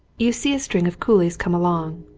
you see a string of coolies come along,